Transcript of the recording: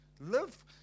Live